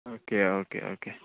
okay okay okay